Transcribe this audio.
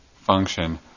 function